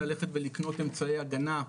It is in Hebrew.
ללכת ולקנות אמצעי הגנה,